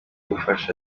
gufasha